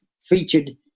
featured